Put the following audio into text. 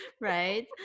right